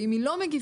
ואם היא לא מגיבה,